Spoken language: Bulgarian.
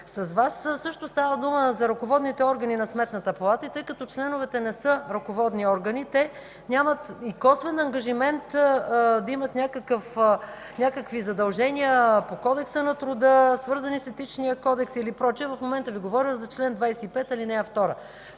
също става дума за ръководните органи на Сметната палата. Тъй като членовете не са ръководни органи, те нямат и косвен ангажимент да имат задължения по Кодекса на труда, свързани с Етичния кодекс и прочие. В момента говоря за чл. 25, ал. 2.